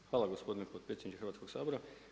minHvala gospodine potpredsjedniče Hrvatskog sabora.